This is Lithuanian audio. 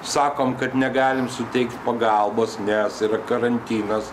sakom kad negalim suteikt pagalbos nes yra karantinas